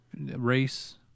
race